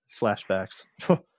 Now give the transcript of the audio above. Flashbacks